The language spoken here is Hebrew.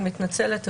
אני מתנצלת,